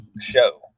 show